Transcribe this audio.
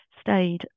stayed